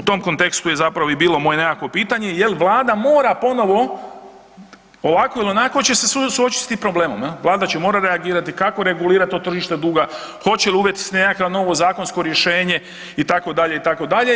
U tom kontekstu je zapravo i bilo moje nekakvo pitanje jel vlada mora ponovo ovako ili onako će se suočit s tim problemom, jel, vlada će morat reagirat kako regulirat to tržište duga, hoće li uvest nekakvo novo zakonsko rješenje itd. itd.